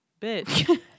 Bitch